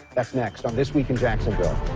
that's next on this week in jacksonville.